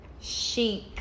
chic